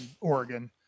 Oregon